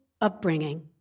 upbringing